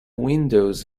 windows